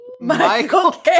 Michael